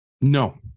No